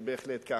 זה בהחלט כך.